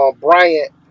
Bryant